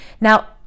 Now